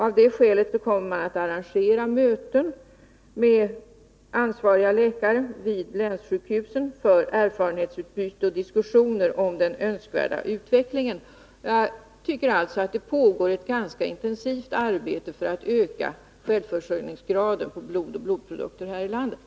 Av det skälet kommer möten med ansvariga läkare vid länssjukhusen att arrangeras för erfarenhetsutbyte och för diskussioner om den önskvärda utvecklingen. Ett ganska intensivt arbete pågår alltså för att öka självförsörjningsgraden när det gäller blod och blodprodukter här i landet.